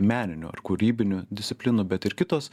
meninių ar kūrybinių disciplinų bet ir kitos